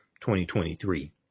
2023